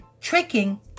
tricking